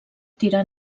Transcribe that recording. tirar